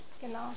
Genau